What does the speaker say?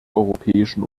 europäischen